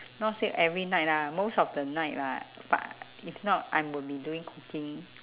not say every night lah most of the night lah but if not I will be doing cooking